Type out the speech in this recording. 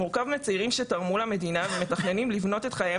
מורכב מצעירים שתרמו למדינה ומתכננים לבנות את חייהם